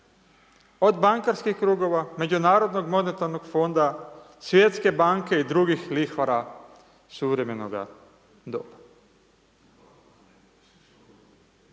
od bankarskih krugova, Međunarodnog monetarnog fonda, Svjetske banke i drugih lihvara suvremenoga doba.